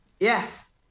Yes